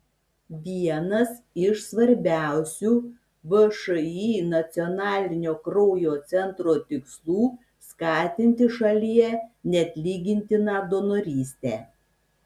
vienas iš svarbiausių všį nacionalinio kraujo centro tikslų skatinti šalyje neatlygintiną donorystę